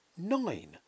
Nine